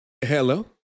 Hello